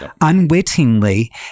unwittingly